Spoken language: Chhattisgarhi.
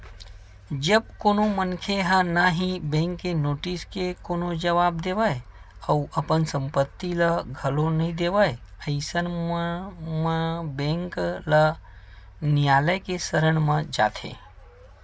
जब कोनो मनखे ह ना ही बेंक के नोटिस के कोनो जवाब देवय अउ अपन संपत्ति ल घलो नइ देवय अइसन म बेंक ल नियालय के सरन म जाथे